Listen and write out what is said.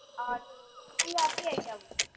اور کہیں جاتی ہے کیا وہ